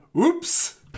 oops